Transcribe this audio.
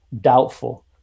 doubtful